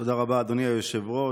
תודה רבה, אדוני היושב-ראש.